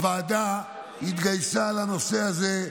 הוועדה התגייסה לנושא הזה,